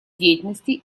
деятельности